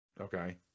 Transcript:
Okay